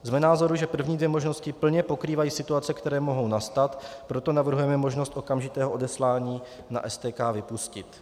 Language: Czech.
Jsme názoru, že první dvě možnosti plně pokrývají situace, které mohou nastat, proto navrhujeme možnost okamžitého odeslání na STK vypustit.